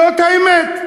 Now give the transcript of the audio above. זאת האמת.